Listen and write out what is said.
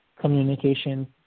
communication